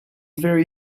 very